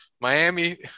Miami